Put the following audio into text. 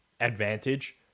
advantage